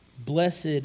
Blessed